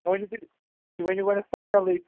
مےٚ ؤنِو تُہۍ تُہۍ ؤنِو گۄڈٕ فاینلٕے